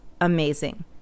amazing